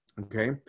okay